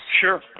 Sure